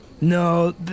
No